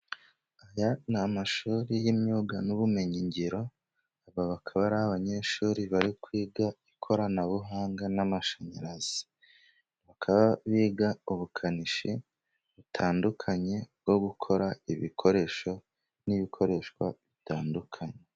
Aya ni amashuri y'imyuga n'ubumenyi ngiro, aba bakaba ari abanyeshuri bari kwiga ikoranabuhanga, n'amashanyarazi, biga ubukanishi butandukanye, bwo gukora ibikoresho n'ibikoreshwa bitandukanye.